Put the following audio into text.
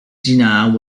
jinnah